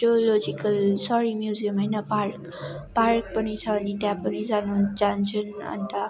zoological सरी museum होइन park park पनि छ अनि त्यहाँ पनि जानु जान्छन् अन्त